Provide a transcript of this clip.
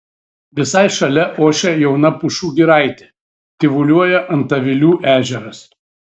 visai šalia ošia jauna pušų giraitė tyvuliuoja antavilių ežeras